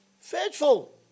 faithful